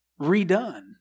redone